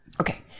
okay